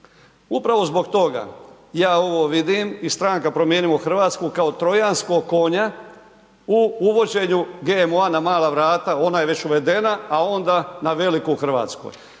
Upravo zbog toga ja ovo vidim i stranka Promijenimo Hrvatsku kao Trojanskog konja u uvođenju GMO-a na mala vrata. Ona je već uvedena, a ona na veliko u Hrvatskoj.